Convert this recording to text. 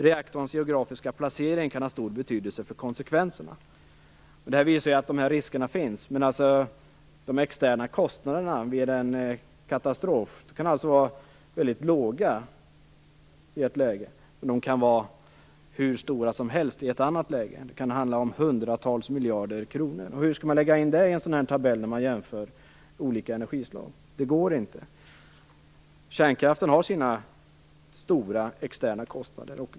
Reaktorns geografiska placering kan ha stor betydelse för konsekvenserna." Detta visar att riskerna finns. De externa kostnaderna vid en katastrof kan alltså vara mycket små i ett läge, men de kan vara hur stora som helst i ett annat läge. Det kan handla om hundratals miljarder kronor, och hur skall man lägga in det i en sådan här tabell där man jämför olika energislag? Det går inte. Kärnkraften har sina stora externa kostnader.